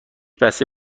بسته